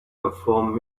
perform